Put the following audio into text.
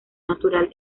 natural